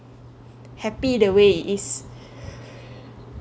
happy the way is